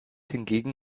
hingegen